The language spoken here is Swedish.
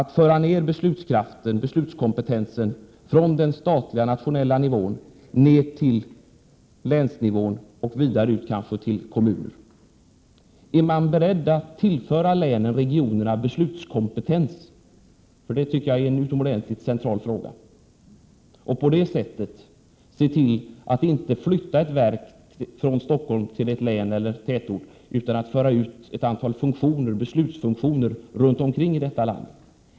Den frågan kan också riktas till utskottets ordförande Lars Ulander, som sitter med i utredningen. Är man beredd att tillföra länen och regionerna beslutskompetens? Detta tycker jag är en utomordentligt central fråga. Är man beredd att se till att inte flytta ut ett verk från Stockholm till ett län, en tätort, utan att samtidigt föra ut ett antal beslutsfunktioner runt om i detta land?